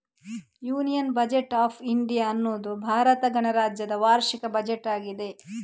union budget of India ಅನ್ನುದು ಭಾರತ ಗಣರಾಜ್ಯದ ವಾರ್ಷಿಕ ಬಜೆಟ್ ಆಗಿದೆ